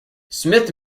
smith